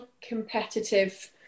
competitive